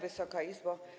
Wysoka Izbo!